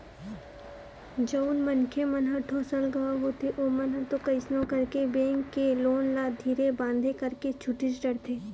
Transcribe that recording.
जउन मनखे मन ह ठोसलगहा होथे ओमन ह तो कइसनो करके बेंक के लोन ल धीरे बांधे करके छूटीच डरथे